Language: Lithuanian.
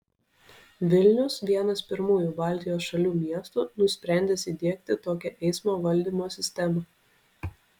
vilnius vienas pirmųjų baltijos šalių miestų nusprendęs įdiegti tokią eismo valdymo sistemą